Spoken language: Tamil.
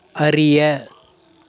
அறிய